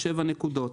7 נקודות,